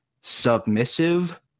submissive